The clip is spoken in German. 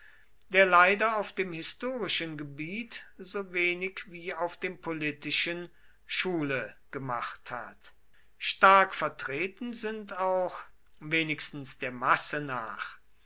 der leider auf dem historischen gebiet so wenig wie auf dem politischen schule gemacht hat stark vertreten sind auch wenigsten der masse nach